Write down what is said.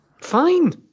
Fine